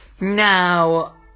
Now